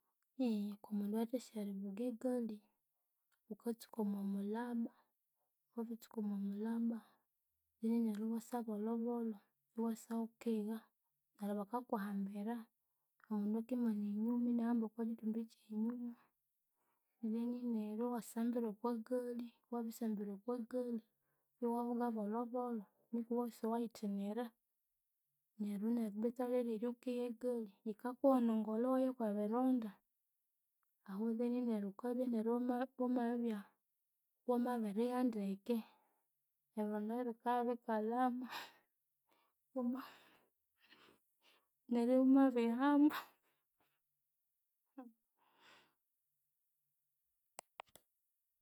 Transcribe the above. okomundu yathasi erivuga egali, wukatsuka omwamulaba, wabitsuka mwamulaba then neryu iwasa bolhobolho iwasa wukigha neryu bakakuhambira. Omundu akimana enyuma inahamba okwakyithumbi kyenyuma then neryu iwasambira okwagali wabisambira okwagali iwavuga bolhobolho nuku wusiwayithinira. Neryu neru betu aliriryo wukigha egali yikakuhonongolha waya kwebironda ahu then neryu wukabya iwamabibya iwamabirigha ndeke. Ebironda ebyu bikabika lhama wama neryu iwamabihamba.